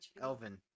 Elvin